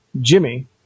Jimmy